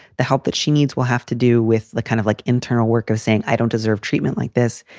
the help that she needs will have to do with the kind of like internal work of saying, i don't deserve treatment like this.